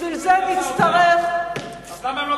בשביל זה נצטרך, אז למה הם לא קיבלו את ההצעות?